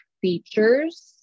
features